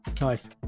Nice